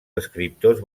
escriptors